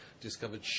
discovered